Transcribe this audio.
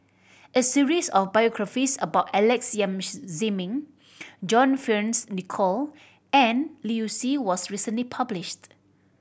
a series of biographies about Alex Yam Ziming John Fearns Nicoll and Liu Si was recently published